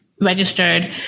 registered